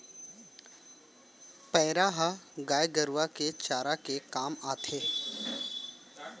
पैरा ह गाय गरूवा के चारा के काम आथे